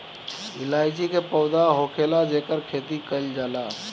इलायची के पौधा होखेला जेकर खेती कईल जाला